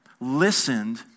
listened